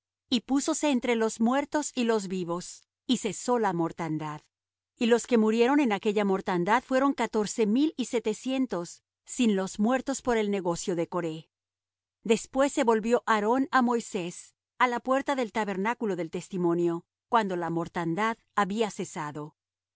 y púsose entre los muertos y los vivos y cesó la mortandad y los que murieron en aquella mortandad fueron catorce mil y setecientos sin los muertos por el negocio de coré después se volvió aarón á moisés á la puerta del tabernáculo del testimonio cuando la mortandad había cesado